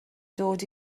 dod